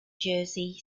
jersey